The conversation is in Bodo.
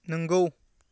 नोंगौ